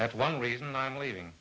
that one reason i'm leaving